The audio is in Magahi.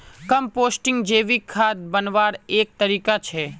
कम्पोस्टिंग जैविक खाद बन्वार एक तरीका छे